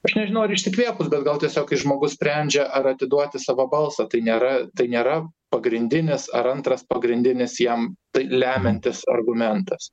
aš nežinau ar išsikvėpus bet gal tiesiog kai žmogus sprendžia ar atiduoti savo balsą tai nėra tai nėra pagrindinis ar antras pagrindinis jam tai lemiantis argumentas